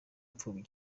imfubyi